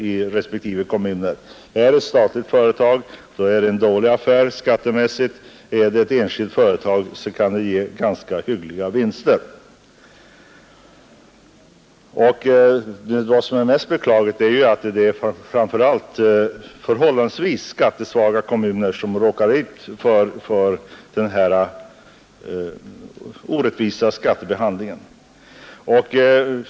Är det ett statligt företag, så blir det en dålig affär för kommunen skattemässigt, men är det ett enskilt företag så kan det ge ganska hyggliga skatter. Vad som är mest beklagligt är ju att det är förhållandevis skattesvaga kommuner som råkar ut för den här orättvisa behandlingen.